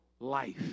life